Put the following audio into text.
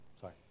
Sorry